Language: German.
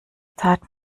tat